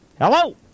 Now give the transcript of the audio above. Hello